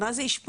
מה זה אשפוז?